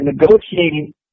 negotiating